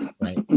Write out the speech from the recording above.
right